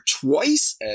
twice